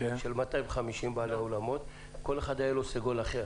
של 250 לבעלי האולמות ולכל אחד היה סגול אחר.